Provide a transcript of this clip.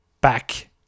back